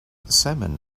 salmon